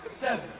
seven